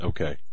Okay